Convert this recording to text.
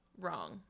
wrong